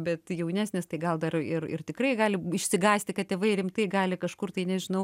bet jaunesnis tai gal dar ir ir tikrai gali išsigąsti kad tėvai rimtai gali kažkur tai nežinau